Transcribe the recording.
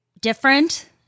different